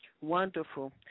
Wonderful